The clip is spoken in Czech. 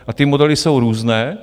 A ty modely jsou různé.